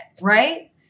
right